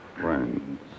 friends